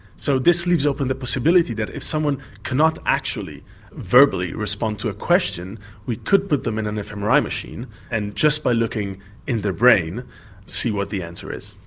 so this leaves open the possibility that if someone cannot actually verbally respond to a question we could put them in a and fmri machine and just by looking in their brain see what the answer is.